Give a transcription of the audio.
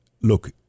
look